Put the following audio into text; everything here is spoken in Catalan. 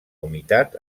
humitat